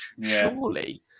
Surely